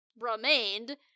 remained